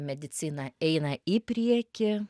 medicina eina į priekį